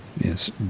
Yes